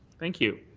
thank you.